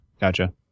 Gotcha